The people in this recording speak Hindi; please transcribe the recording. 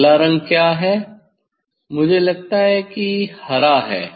अगला रंग क्या है मुझे लगता है कि हरा है